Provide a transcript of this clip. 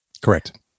Correct